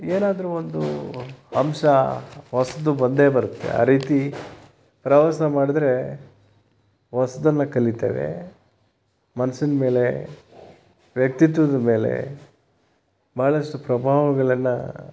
ಏನಾದರೂ ಒಂದು ಅಂಶ ಹೊಸ್ದು ಬಂದೇ ಬರುತ್ತೆ ಆ ರೀತಿ ಪ್ರವಾಸ ಮಾಡಿದ್ರೆ ಹೊಸ್ದನ್ನ ಕಲೀತೇವೆ ಮನ್ಸಿನ ಮೇಲೆ ವ್ಯಕ್ತಿತ್ವದ ಮೇಲೆ ಬಹಳಷ್ಟು ಪ್ರಭಾವಗಳನ್ನು